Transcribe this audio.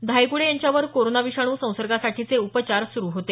धायगुडे यांच्यावर कोरोना विषाणूचा संसर्गासाठीचे उपचार सुरू होते